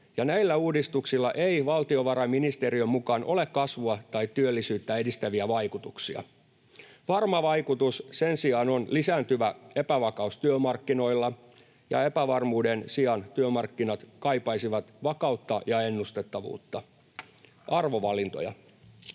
näillä uudistuksilla ei valtiovarainministeriön mukaan ole kasvua tai työllisyyttä edistäviä vaikutuksia. Varma vaikutus sen sijaan on lisääntyvä epävakaus työmarkkinoilla, ja epävarmuuden sijaan työmarkkinat kaipaisivat vakautta ja ennustettavuutta. Arvovalintoja.